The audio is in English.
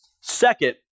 Second